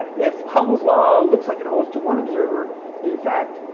if hubble's law looks like it holds to one observer, it in fact,